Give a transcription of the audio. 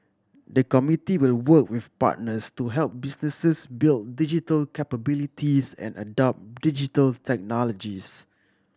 the committee will work with partners to help businesses build digital capabilities and adopt Digital Technologies